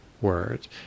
word